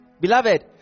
Beloved